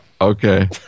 Okay